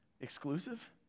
exclusive